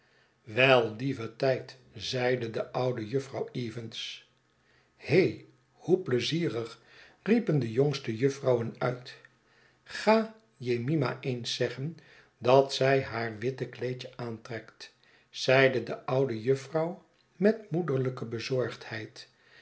wel lieve tijdl zeide de oude jufvrouw evans he hoe pleizierig riepen de jongste jufvrouwen uit ga jemima eens zeggen dat zij haar witte kleedje aantrekt zeide de oude jufvrouw met moederlijke bezorgdheid